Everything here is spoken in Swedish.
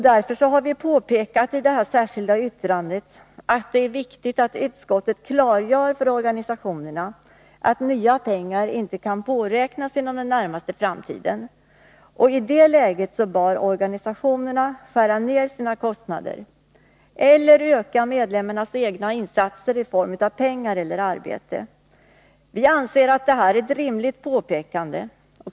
Därför har vi i det särskilda yttrandet påpekat att det är viktigt att utskottet klargör för organisationerna att nya pengar inte kan påräknas inom den närmaste framtiden. I det läget bör organisationerna skära ner sina kostnader eller öka medlemmarnas egna insatser i form av pengar eller arbete. Vi anser att detta är ett rimligt påpekande.